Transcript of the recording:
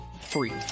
Free